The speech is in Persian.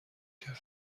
کرد